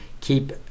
keep